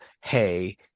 hey